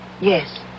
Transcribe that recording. Yes